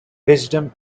wisdom